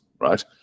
right